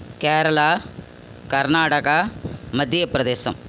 Kerala Karnataka Madhya Pradesh